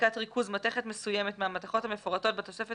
בדיקת ריכוז מתכת מסוימת מהמתכות המפורטות בתוספת